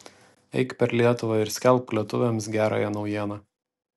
eik per lietuvą ir skelbk lietuviams gerąją naujieną